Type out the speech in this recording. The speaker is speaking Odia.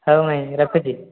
ହଉ ମାଇଁ ରଖୁଛି